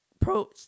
pro